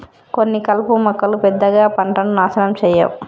కొన్ని కలుపు మొక్కలు పెద్దగా పంటను నాశనం చేయవు